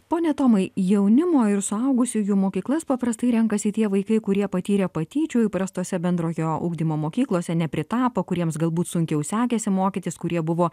pone tomai jaunimo ir suaugusiųjų mokyklas paprastai renkasi tie vaikai kurie patyrė patyčių įprastose bendrojo ugdymo mokyklose nepritapo kuriems galbūt sunkiau sekėsi mokytis kurie buvo